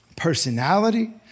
personality